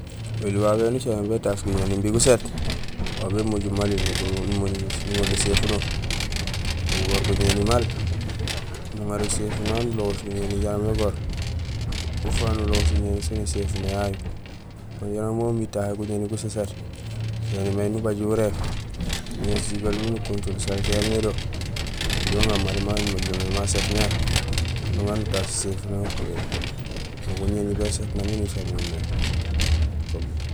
Oli babé éni ucaméén bétaas guñéni imbi guséét, aw bémojul mali, nuŋorul éséfuno, nugoor guñéni maal, nuŋaar éséfuno yayu nulogoos guñéni jaraam égoor, ufaak nulogoos guñéni sén éséfuno yayukun jaraam aw umiir guñéni tahé guséséét, éni may nubaaj uwuréék, nuŋésul jigool miin ukontul salté yaamé do kinding uŋaar mali maan umojulomé ma séét mé nuŋaar nutaas éséfuno yayu upuréén, no guñéni béséét nang miin aw ucaméén mé.